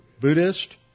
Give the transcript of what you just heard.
Buddhist